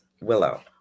Willow